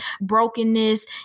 brokenness